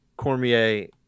cormier